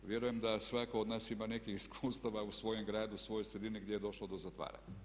Vjerujem da svatko od nas ima nekih iskustava u svojem gradu, svojoj sredini gdje je došlo do zatvaranja.